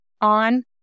on